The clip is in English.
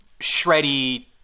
shreddy